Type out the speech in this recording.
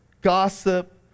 gossip